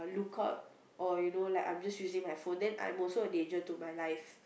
look out or you know like I'm just using my phone I'm also a danger to my life